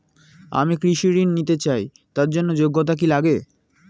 আমি কৃষি ঋণ নিতে চাই তার জন্য যোগ্যতা কি লাগে?